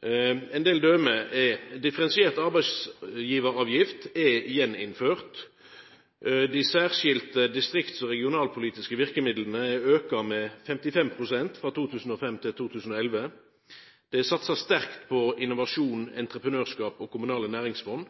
Ein del døme er at differensiert arbeidsgjevaravgift er innført igjen, dei særskilde distrikts- og regionalpolitiske verkemidla er auka med 55 pst. frå 2005 til 2011, og det er satsa sterkt på innovasjon, entreprenørskap og kommunale næringsfond.